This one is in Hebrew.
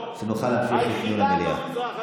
שנוכל להמשיך את הדיון במליאה.